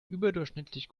überdurchschnittlich